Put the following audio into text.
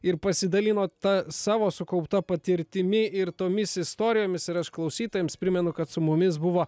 ir pasidalinot ta savo sukaupta patirtimi ir tomis istorijomis ir aš klausytojams primenu kad su mumis buvo